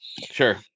Sure